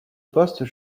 poste